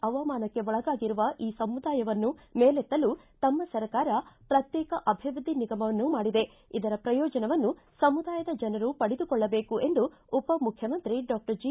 ಅವಮಾನಕ್ಕೆ ಒಳಗಾಗಿರುವ ಈ ಸಮೂದಾಯವನ್ನು ಮೇಲೆತ್ತಲು ತಮ್ಮ ಸರ್ಕಾರ ಪ್ರತ್ಯೇಕ ಅಭಿವೃದ್ಧಿ ನಿಗಮವನ್ನು ಮಾಡಿದೆ ಇದರ ಪ್ರಯೋಜನವನ್ನು ಸಮುದಾಯದ ಜನರು ಪಡೆದುಕೊಳ್ಳಬೇಕು ಎಂದು ಉಪಮುಖ್ಯಮಂತ್ರಿ ಡಾಕ್ಷರ್ ಜಿ